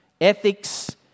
ethics